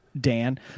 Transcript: Dan